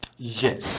Yes